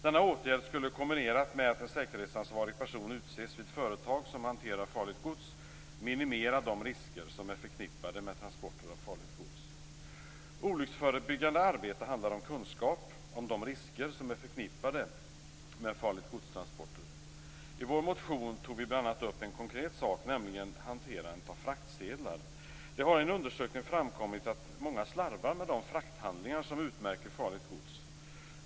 Denna åtgärd, kombinerad med att en säkerhetsansvarig person utses vid företag som hanterar farligt gods, skulle minimera de risker som är förknippade med transporter av farligt gods. Olycksförebyggande arbete handlar om kunskap om de risker som är förknippade med farligt-godstransporter. I vår motion tog vi bl.a. upp en konkret sak, nämligen hanteringen av fraktsedlar. Det har i en undersökning framkommit att många slarvar med de frakthandlingar som utmärker farligt gods.